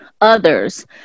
others